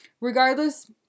Regardless